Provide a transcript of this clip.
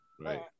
right